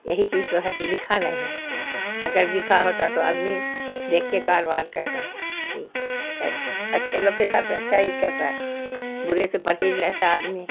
یہی چیز تو ہے کہ لکھا نہیں ہے اگر لکھا ہوتا تو آدمی دیکھ کے کاروبار کرتا کہ کے اچھے لوگ کے ساتھ اچھا ہی کرتا ہے برے سے پرہیز رہتا ہے آدمی